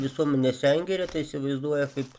visuomenė sengirę įsivaizduoja kaip